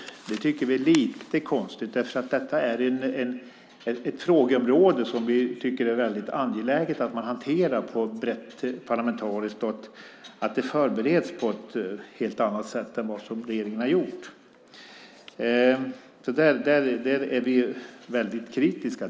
Det tycker vi är lite konstigt. Detta är nämligen ett frågeområde som vi tycker att det är väldigt angeläget att man hanterar brett parlamentariskt. Och det är angeläget att det förbereds på ett helt annat sätt än vad regeringen har gjort. Där är vi väldigt kritiska.